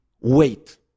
Wait